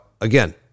again